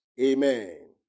Amen